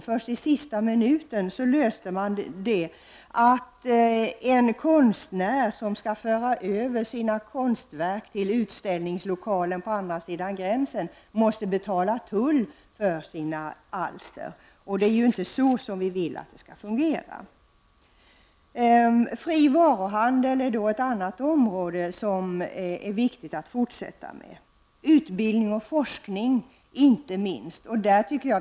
Först i sista minuten löste man problemet för en konstnär som skulle föra över sina konstverk till utställningslokalen på andra sidan nationsgränsen och måste betala tull för sina alster. Det är inte så vi vill att det nordiska samarbetet skall fungera. Fri varuhandel är ett annat område som det är viktigt att fortsätta arbetet på och inte minst utbildning och forskning.